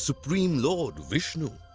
supreme lord vishnu.